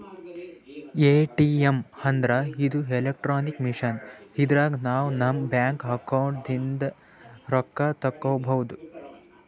ATM ಅಂದ್ರ ಇದು electronic machine ಇದ್ರಾಗ್ ನಾವ್ ನಮ್ ಬ್ಯಾಂಕ್ ಅಕೌಂಟ್ ದಾಗಿಂದ್ ರೊಕ್ಕ ತಕ್ಕೋಬಹುದ್